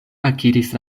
akiris